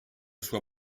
sois